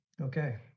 Okay